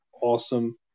awesome